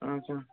ଆଜ୍ଞା